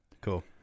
Cool